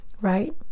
right